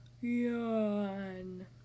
Yawn